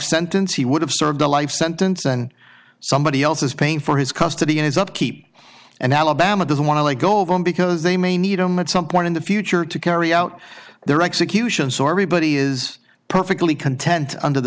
sentence he would have served a life sentence and somebody else is paying for his custody and his upkeep and alabama doesn't want to let go of them because they may need a moment some point in the future to carry out their execution so everybody is perfectly content under the